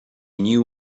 knew